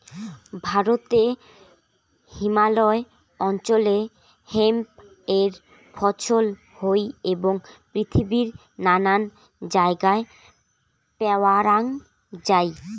ভারতে হিমালয় অঞ্চলে হেম্প এর ফছল হই এবং পৃথিবীর নানান জায়গায় প্যাওয়াঙ যাই